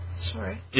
sorry